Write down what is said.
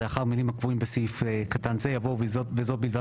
לאחר המילים 'הקבועים בסעיף קטן זה' יבוא 'וזאת בלבד